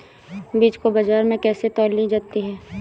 बीज को बाजार में कैसे तौली जाती है?